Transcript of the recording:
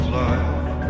life